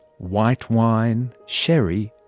white wine, sherry,